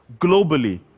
Globally